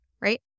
right